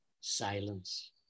Silence